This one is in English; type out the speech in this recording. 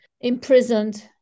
imprisoned